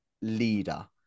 leader